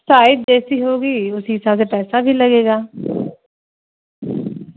size جیسی ہوگی اسی حساب سے پیسہ بھی لگے گا